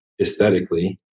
aesthetically